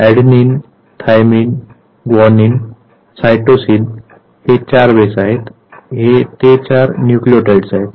adenine thymine guanine cytosine हे चार base आहेत हेच ते चार न्यूक्लियोटाइड्स आहेत